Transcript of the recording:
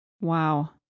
Wow